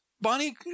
Bonnie